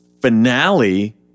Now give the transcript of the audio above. finale